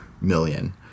million